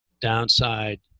downside